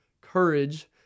courage